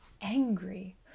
angry